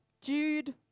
Jude